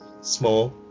small